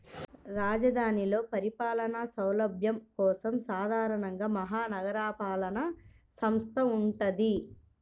రాజధానిలో పరిపాలనా సౌలభ్యం కోసం సాధారణంగా మహా నగరపాలక సంస్థ వుంటది